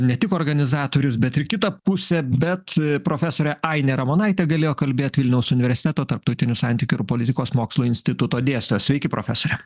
ne tik organizatorius bet ir kitą pusę bet profesorė ainė ramonaitė galėjo kalbėt vilniaus universieto tarptautinių santykių ir politikos mokslų instituto dėstoja sveiki profesore